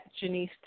Janice